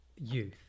youth